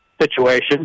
situation